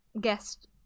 guest